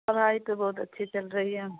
پڑھائی تو بہت اچھی چل رہی ہے